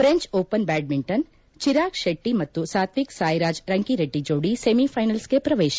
French Open badminton Chirag Shetty ಮತ್ತು ಸಾತ್ವಿಕ್ ಸಾಯಿರಾಜ್ ರಂಕಿರೆಡ್ಡಿ ಜೋಡಿ ಸೆಮಿಫ್ನೆನಲ್ಸ್ಗೆ ಪ್ರವೇಶ